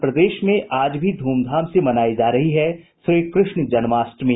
और प्रदेश में आज भी धूमधाम से मनायी जा रही है श्रीकृष्ण जन्माष्टमी